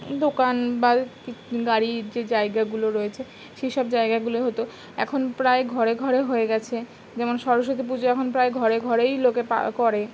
দোকান বা গাড়ির যে জায়গাগুলো রয়েছে সেই সব জায়গাগুলো হতো এখন প্রায় ঘরে ঘরে হয়ে গেছে যেমন সরস্বতী পুজো এখন প্রায় ঘরে ঘরেই লোকে প্রায় করে